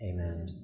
Amen